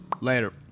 Later